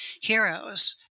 heroes